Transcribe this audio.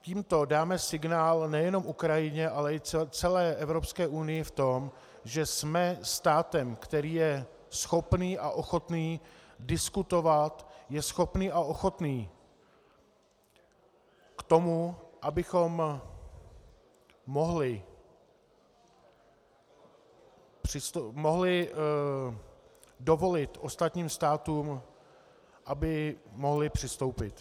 Tímto dáme signál nejenom Ukrajině, ale i celé Evropské unii v tom, že jsme státem, který je schopný a ochotný diskutovat, je schopný a ochotný k tomu, abychom mohli dovolit ostatním státům, aby mohly přistoupit.